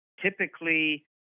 typically